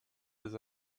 des